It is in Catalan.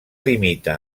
limita